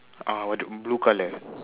uh blue colour